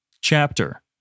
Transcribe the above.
chapter